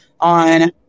on